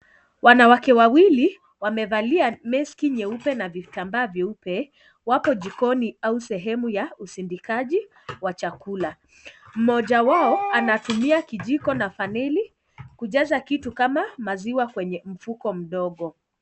Wanawake wawili wamevalia meski nyeupe na vitambaa vyeupe. Wako jikoni au sehemu ya uzindikaji wa chakula. Mmoja wao anatumia kijiko na faneli kujaza kitu kama maziwa kwenye mfugo mdogo.